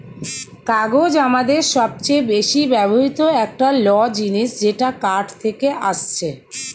কাগজ আমাদের সবচে বেশি ব্যবহৃত একটা ল জিনিস যেটা কাঠ থেকে আসছে